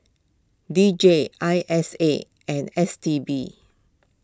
D J I S A and S T B